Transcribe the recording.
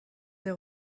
des